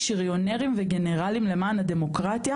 אתה מ-שריונרים וגנרלים למען הדמוקרטיה?